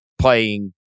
playing